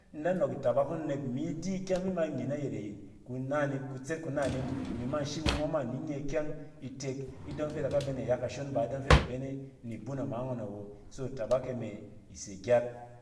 In da nↄk itabak ↄng imi di kyɛng fɛ ma nye nayɛt-ɛ-kana kutset ku nannin. Imi ma in shi ngↄn ma ninye ikyɛng itek, idↄng fi id aka bene iya kashon ba idↄng fi ida bene ni bun ama ngↄn awo. So itabak e me ise gyat.